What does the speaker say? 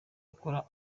akora